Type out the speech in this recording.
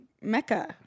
mecca